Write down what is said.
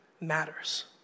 matters